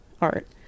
art